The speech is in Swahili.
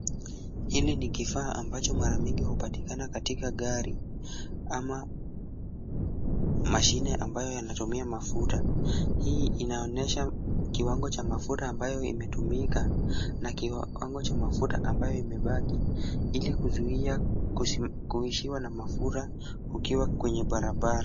Hili ni kifaa ambacho mara mingi hupatikana katika gari ama mashine ambayo yanatumia mafuta. Hii inaonyesha kiwango cha mafuta ambayo imetumika na kiwango cha mafuta ambayo imebaki, ili kuzuia kuishiwa na mafuta ukiwa kwenye barabara.